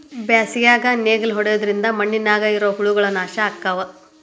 ಬ್ಯಾಸಿಗ್ಯಾಗ ನೇಗ್ಲಾ ಹೊಡಿದ್ರಿಂದ ಮಣ್ಣಿನ್ಯಾಗ ಇರು ಹುಳಗಳು ನಾಶ ಅಕ್ಕಾವ್